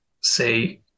say